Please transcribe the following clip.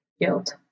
guilt